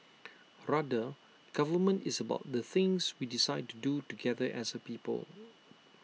rather government is about the things we decide to do together as A people